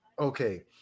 Okay